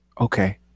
Okay